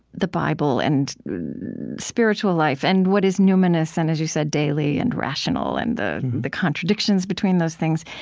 the bible and spiritual life and what is numinous and, as you said, daily and rational, and the the contradictions between those things.